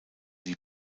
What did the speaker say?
die